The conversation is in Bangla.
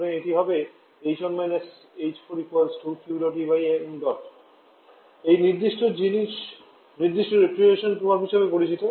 সুতরাং এটি হবে এই নির্দিষ্ট জিনিস নির্দিষ্ট রেফ্রিজারেশন প্রভাব হিসাবে পরিচিত